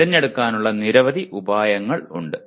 തിരഞ്ഞെടുക്കാനുള്ള നിരവധി ഉപായങ്ങൾ ഉണ്ട്